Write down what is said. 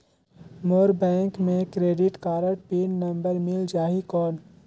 मोर bank मे credit card pin number मिल जाहि कौन?